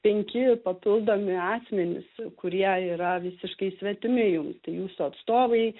penki papildomi asmenys kurie yra visiškai svetimi jums tai jūsų atstovai